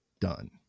done